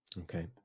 Okay